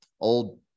old